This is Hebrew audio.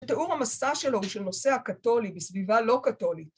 תיאור המסע שלו הוא של נושא הקתולים בסביבה לא קתולית.